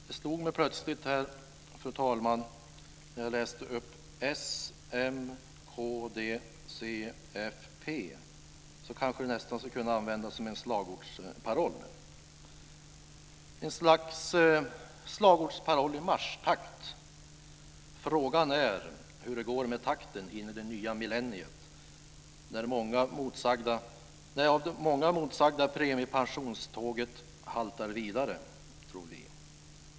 Det slog mig plötsligt, fru talman, när jag läste upp s-m-kd-c-fp att det nästan skulle kunna användas som en slagordsparoll, ett slags slagordsparoll i marschtakt. Frågan är hur det går med takten in i det nya millenniet när det av många emotsedda premiepensionståget haltar vidare.